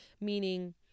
Meaning